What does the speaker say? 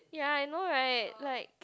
ya I know right like